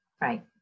right